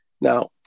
Now